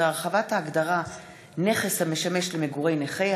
15) (הרחבת ההגדרה נכס המשמש למגורי נכה),